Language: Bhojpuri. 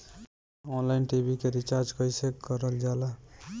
ऑनलाइन टी.वी के रिचार्ज कईसे करल जाला?